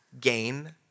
gain